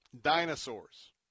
Dinosaurs